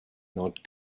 not